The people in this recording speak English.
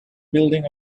building